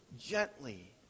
gently